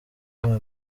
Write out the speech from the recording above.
bana